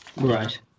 Right